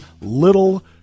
little